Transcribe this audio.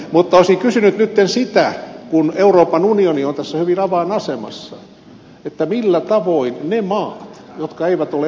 mutta olisin kysynyt nytten sitä kun euroopan unioni on tässä hyvin avainasemassa millä tavoin saadaan mukaan ne maat jotka eivät ole euron jäseniä